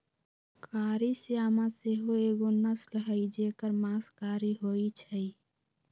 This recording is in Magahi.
कारी श्यामा सेहो एगो नस्ल हई जेकर मास कारी होइ छइ